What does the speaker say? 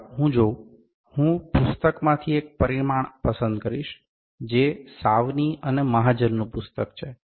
ચાલો હું જોઉં હું પુસ્તકમાંથી એક પરિમાણ પસંદ કરીશ જે સાવની અને મહાજનનું પુસ્તક છે